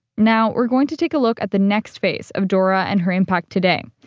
now we're going to take a look at the next phase of dora and her impact today.